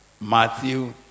Matthew